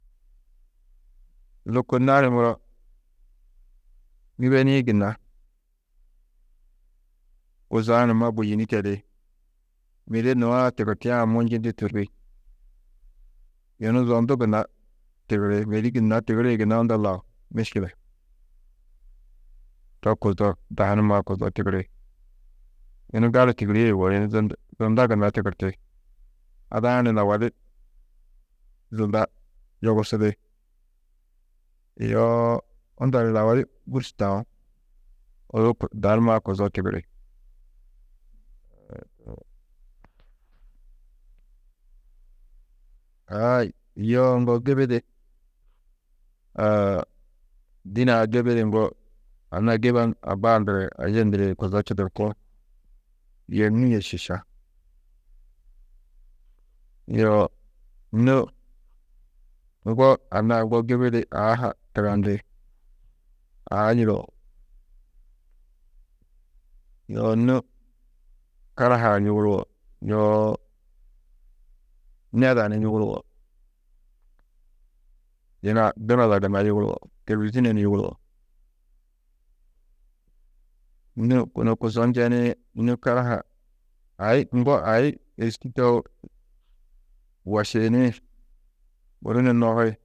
Lôko nani muro gibenîĩ gunna kuzo-ã numa buyinî tedi, mêde nuaã tigirtiã munjindî tûrri, yunu zondu gunna tigiri, mêdi gunna tigirĩ gunna unda lau mîškile, to dahu numa ha kuzo tigiri, yunu gali tigirîe yugó, yunu zondu, zunda gunna tigirti, ada-ã ni lau a di, zunda yogusudi, yoo unda lau a di gûrs taú, odu dahu numa ha kuzo tigiri, aã, yo ŋgo gibi di dîne-ã gibi di ŋgo anna giba abbaa ndura yê ayê ndura yê kuzo ̧yê nû yê šiša, yo nû ŋgo anna-ã ŋgo gibi di aa ha tugandi, aa yidao, yo nû karahaa yuguruwo, yoo neda ni yuguruwo, yina dunada gunna yuguruwo, têlvizine ni yuguruwo, nû kunu kuzo njenĩ, nû karaha, ai, ŋgo ai êriski ndeu, wošiyini, guru ni nohi.